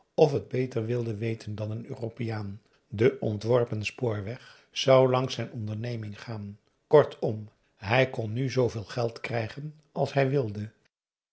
of t beter wilden weten dan een europeaan de ontworpen spoorweg zou langs zijn onderneming gaan kortom hij kon nu zooveel geld krijgen als hij wilde